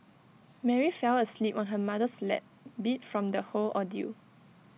Mary fell asleep on her mother's lap beat from the whole ordeal